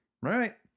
Right